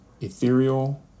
ethereal